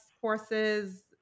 courses